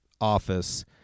office